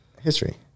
history